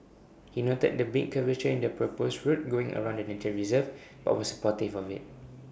he noted the big curvature in the proposed route going around the nature reserve but was supportive of IT